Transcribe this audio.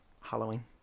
Halloween